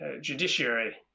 judiciary